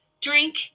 drink